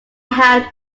have